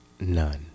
None